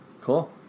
cool